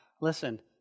Listen